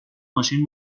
ماشین